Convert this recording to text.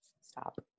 Stop